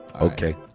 Okay